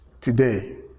today